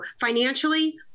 financially